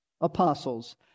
apostles